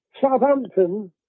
Southampton